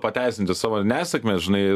pateisinti savo nesėkmes žinai